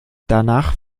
danach